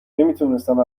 نمیتوانستم